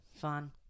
Fun